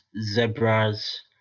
zebras